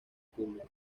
público